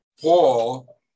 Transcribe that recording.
paul